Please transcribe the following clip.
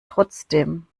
trotzdem